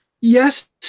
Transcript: Yes